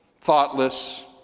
thoughtless